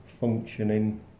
functioning